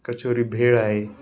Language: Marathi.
कचोरी भेळ आहे